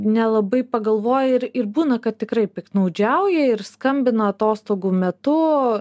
nelabai pagalvoja ir ir būna kad tikrai piktnaudžiauja ir skambina atostogų metu